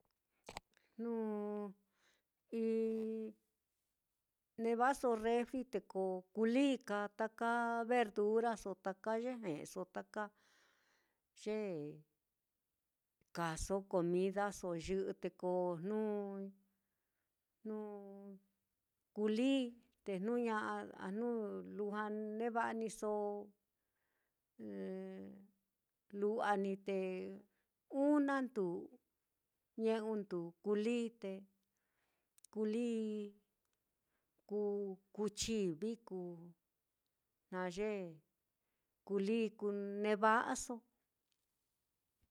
Jnu i neva'aso refri te ko kulii ka taka verduraso, taka ye o ye kaaso, comidaso yɨ'ɨ te ko jnu jnu kulii te jnu ña'a, a jnu neva'ani so eh lu'wa ní te una ndúú, ñe'u ndúú kulii te, kulii kú chivi kuu na ye kulii kuneva'aso